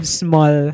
small